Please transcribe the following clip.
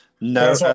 no